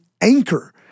anchor